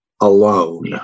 alone